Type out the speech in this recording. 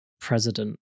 president